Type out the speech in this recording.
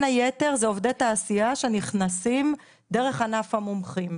היתר עובדי תעשייה שנכנסים דרך ענף המומחים.